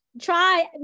try